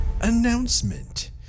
announcement